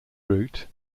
route